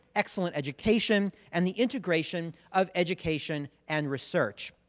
excellent education, and the integration of education and research.